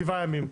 רק שבעה ימים.